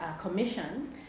commission